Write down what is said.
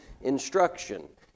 instruction